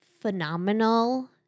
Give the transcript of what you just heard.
phenomenal